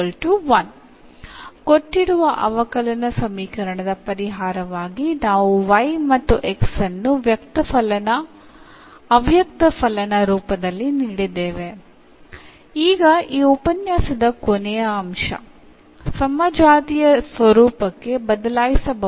ഈ ലക്ച്ചറിന്റെ അവസാനമായി നമുക്കുള്ളത് ഹോമോജീനിയസ് രൂപത്തിലേക്ക് മാറ്റാൻ കഴിയുന്ന സമവാക്യങ്ങൾ ആണ്